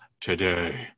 today